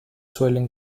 suelen